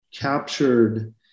captured